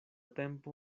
tempo